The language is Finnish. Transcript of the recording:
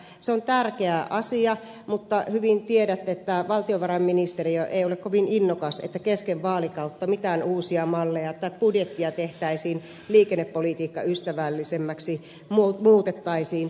se on tärkeä asia mutta hyvin tiedätte että valtiovarainministeriö ei ole kovin innokas että kesken vaalikautta mitään uusia malleja tai budjettia liikennepolitiikkaystävällisemmäksi muutettaisiin